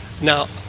Now